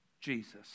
Jesus